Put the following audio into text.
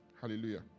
Hallelujah